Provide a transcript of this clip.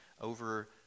over